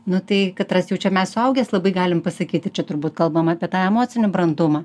nu tai katras jau čia mes suaugęs labai galim pasakyti čia turbūt kalbam apie tą emocinį brandumą